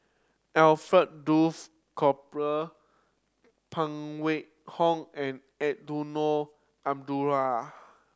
Alfred Duff Cooper Phan Wait Hong and Eddino Abdul